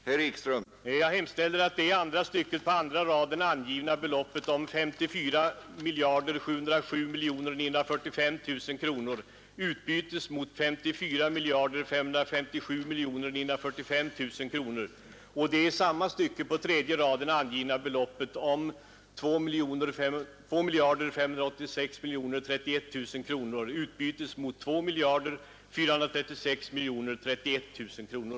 Herr talman! Jag hemställer att det i andra stycket på andra raden angivna. beloppet om 54707 945 000 kronor utbytes mot 54 557 945 000 kronor och det i samma stycke på tredje raden angivna beloppet om 2 586 031 000 kronor utbytes mot 2 436 031 000 kronor.